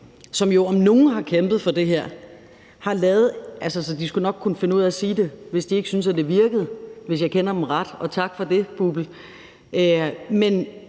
som jo om nogen har kæmpet for det her, så de skulle nok kunne finde ud af at sige det, hvis de ikke syntes, at det virkede, hvis jeg kender dem ret, og tak for det, BUPL – den